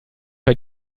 bei